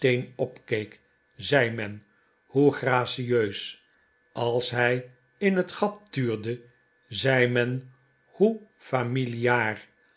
opkeek zei men hoe gracieus als hij in het gat tuurde zei men hoe familiaarl